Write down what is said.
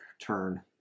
turn